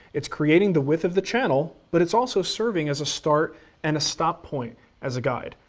it's creating the width of the channel, but it's also serving as a start and a stop point as a guide,